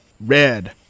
Red